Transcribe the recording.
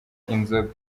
inzoga